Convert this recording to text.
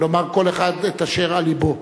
לומר כל אחד את אשר על לבו.